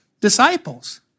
disciples